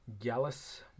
Gallus